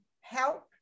help